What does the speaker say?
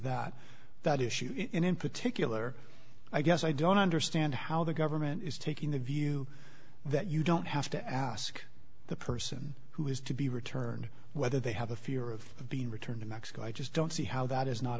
that that issue in particular i guess i don't understand how the government is taking the view that you don't have to ask the person who is to be returned whether they have a fear of being returned to mexico i just don't see how that is not